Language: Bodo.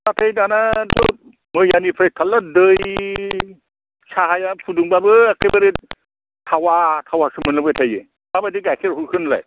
नाथाय दानाथ' मैयानिफ्राय थाल्ला दै साहाया फुदुंबाबो एखेबारे थावा थावासो मोनलोंबाय थायो माबायदि गाइखेर हरखो नोंलाय